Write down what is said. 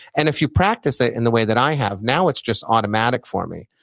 and if you practice it in the way that i have, now it's just automatic for me.